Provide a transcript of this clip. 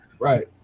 Right